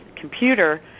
computer